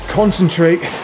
concentrate